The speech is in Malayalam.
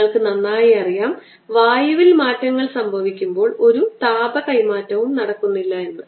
നിങ്ങൾക്ക് നന്നായി അറിയാം വായുവിൽ മാറ്റങ്ങൾ സംഭവിക്കുമ്പോൾ ഒരു താപ കൈമാറ്റവും നടക്കില്ല എന്നത്